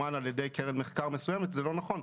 ממומן על ידי קרן מחקר מסוימת זה לא נכון,